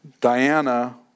Diana